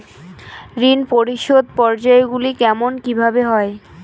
ঋণ পরিশোধের পর্যায়গুলি কেমন কিভাবে হয়?